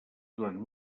durant